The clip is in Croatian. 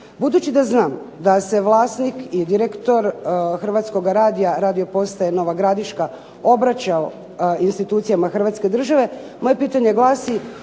Budući da znam da se vlasnik i direktor Hrvatskoga radija Radio postaje NOva Gradiška obraćao institucijama Hrvatske države, moje pitanje glasi